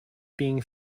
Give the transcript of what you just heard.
being